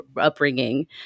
upbringing